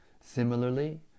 Similarly